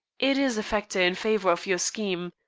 it is a factor in favor of your scheme.